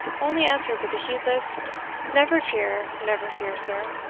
only answered with a heedless never fear never fear, sir.